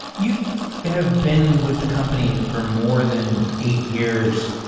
you have been with the company for more than eight years,